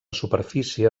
superfície